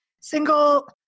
single